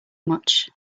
much